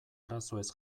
arazoez